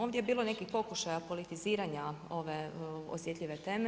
Ovdje je bilo nekih pokušaja politiziranja ove osjetljive teme.